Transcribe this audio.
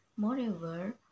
Moreover